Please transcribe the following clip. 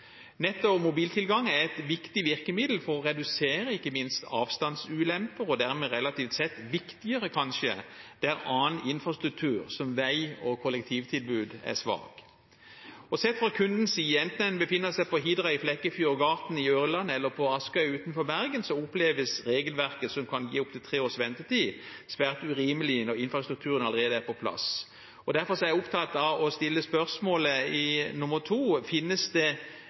mobiltilgang er et viktig virkemiddel for å redusere ikke minst avstandsulemper og er dermed relativt sett kanskje viktigere der annen infrastruktur, som vei og kollektivtilbud, er svak. Sett fra kundens side, enten en befinner seg på Hidra i Flekkefjord, i Garten på Ørlandet eller på Askøy utenfor Bergen, oppleves regelverket som kan gi opptil tre års ventetid, svært urimelig når infrastrukturen allerede er på plass. Derfor er jeg opptatt av å stille spørsmål nr. 2: Finnes det